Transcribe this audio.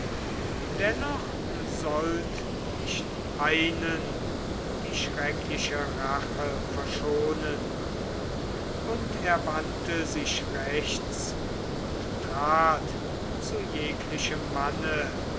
dennoch sollte nicht einen die schreckliche rache verschonen und er wandte sich rechts und trat zu jeglichem manne